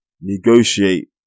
negotiate